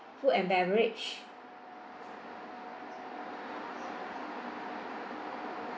food and beverage